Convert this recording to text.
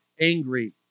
angry